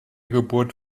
geburt